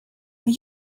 are